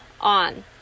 on